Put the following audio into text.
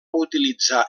utilitzar